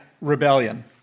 rebellion